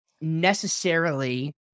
necessarily-